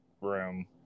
room